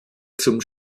zum